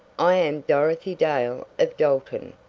i am dorothy dale of dalton.